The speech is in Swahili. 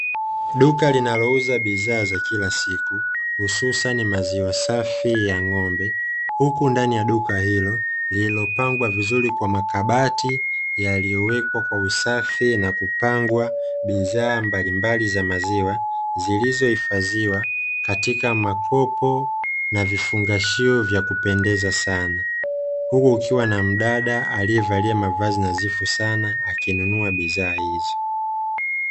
Duka linalouza bidhaa za kila siku hususani maziwa safi ya ng'ombe, huku ndani ya duka hilo lililopangwa vizuri kwa makabati yaliyowekwa kwa usafi na kupangwa bidhaa mbalimbali za maziwa, zilizohifadhiwa katika makopo na vifungashio vya kupendeza sana. Huku kukiwa na mdada aliyevalia mavazi nadhifu sana akinunua bidhaa hizo.